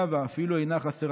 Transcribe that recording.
שהיו בה עוד מגילות אחרות,